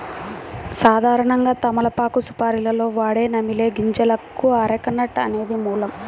సాధారణంగా తమలపాకు సుపారీలో వాడే నమిలే గింజలకు అరెక నట్ అనేది మూలం